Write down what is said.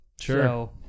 Sure